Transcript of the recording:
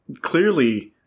clearly